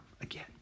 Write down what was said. again